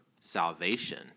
salvation